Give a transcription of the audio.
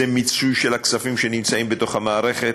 זה מיצוי של הכספים שנמצאים בתוך המערכת,